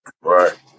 Right